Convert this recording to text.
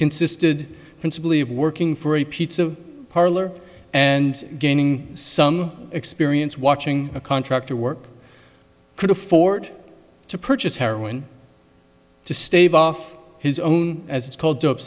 consisted principally of working for a pizza parlor and gaining some experience watching a contractor work could afford to purchase heroin to stave off his own as it's called dope